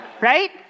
Right